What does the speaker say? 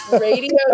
radio